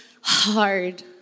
hard